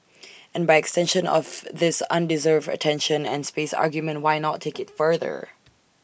and by extension of this undeserved attention and space argument why not take IT further